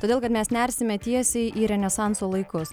todėl kad mes nersime tiesiai į renesanso laikus